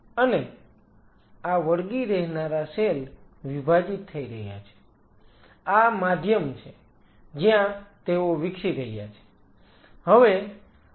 અને આ વળગી રહેનારા સેલ વિભાજીત થઈ રહ્યા છે આ માધ્યમ છે જ્યાં તેઓ વિકસી રહ્યા છે